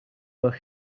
with